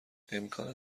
امکان